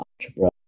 algebra